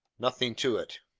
nothing to it!